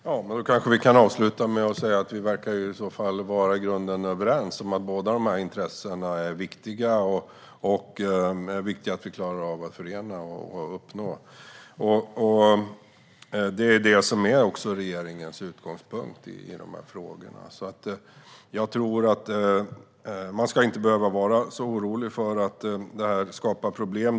Fru talman! Vi kanske kan avsluta med att säga att vi i grunden verkar vara överens om att båda dessa intressen är viktiga. Det är viktigt att vi klarar av att förena och uppnå dem, och det är också regeringens utgångspunkt i dessa frågor. Jag tror inte att man ska behöva vara så orolig för att detta skapar problem.